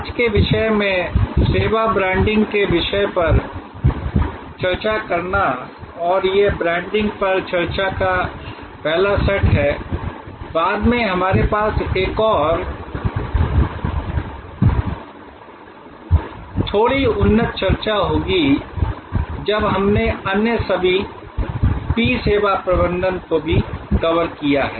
आज के विषय में सेवा ब्रांडिंग के विषय पर चर्चा करना और यह ब्रांडिंग पर चर्चा का पहला सेट है बाद में हमारे पास एक और थोड़ी उन्नत चर्चा होगी जब हमने अन्य सभी पी सेवा प्रबंधन को भी कवर किया है